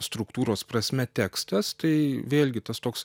struktūros prasme tekstas tai vėlgi tas toks